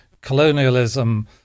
colonialism